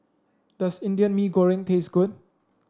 does Indian Mee Goreng taste good